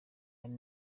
are